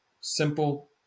simple